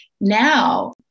now